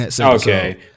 Okay